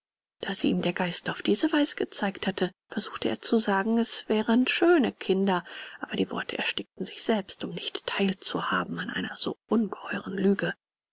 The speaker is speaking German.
da sie ihm der geist auf diese weise gezeigt hatte versuchte er zu sagen es wären schöne kinder aber die worte erstickten sich selbst um nicht teilzuhaben an einer so ungeheuren lüge